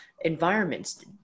environments